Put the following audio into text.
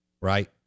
Right